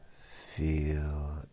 feel